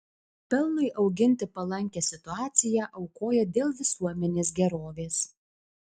pelnui auginti palankią situaciją aukoja dėl visuomenės gerovės